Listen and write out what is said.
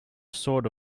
sort